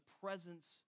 presence